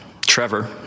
Trevor